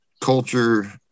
culture